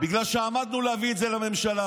בגלל שעמדנו להביא את זה לממשלה,